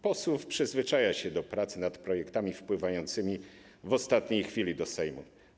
Posłów przyzwyczaja się do prac nad projektami wpływającymi w ostatniej chwili do Sejmu.